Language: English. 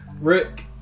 Rick